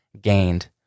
gained